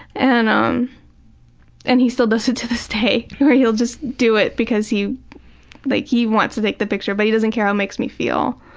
and um and he still does it to this day where he'll just do it because he like he wants to take the picture but he doesn't care how it makes me feel.